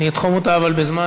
אבל אני אתחום אותה בזמן.